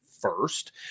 first